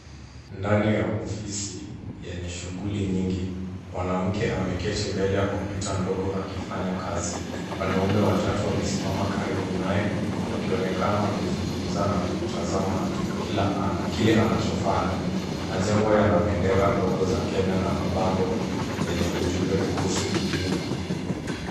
Ndani ya ofisi yenye shughuli nyingi, mwanamke ameketi mbele ya kompyuta ndogo akifanya kazi. Wanaume watatu wamesimama karibu naye, wakionekana kuzungumza na kumtazama kile anachofanya. Majengo yana bendera ndogo na mabango yenye ujumbe kuhusu huduma.